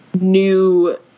new